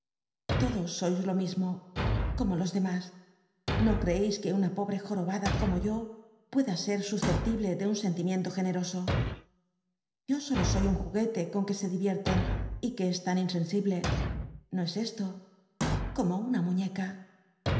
todos sois lo mismo como los lemas no ereeis que una pobr e jorobada como yo pueda ser susceptible de un sentimiento generoso yo solo soy un juguete con que se divierten y que es tan insensible no es esto como una muñeca